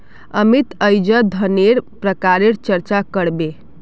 अमित अईज धनन्नेर प्रकारेर चर्चा कर बे